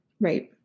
right